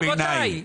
רבותיי,